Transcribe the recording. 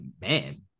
man